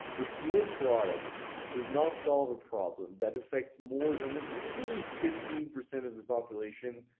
if your product does not solve a problem that affects more than at least fifteen percent of the population,